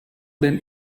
then